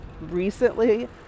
recently